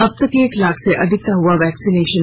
अबतक एक लाख से अधिक का हुआ वैक्सीनेशन